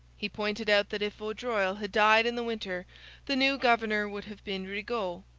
he pointed out that if vaudreuil had died in the winter the new governor would have been rigaud,